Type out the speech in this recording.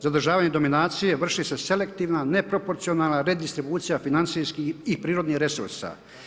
Zadržavanjem dominacije vrši se selektivna, neproporcionalna redistribucija financijskih i prirodnih resursa.